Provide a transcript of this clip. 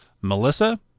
Melissa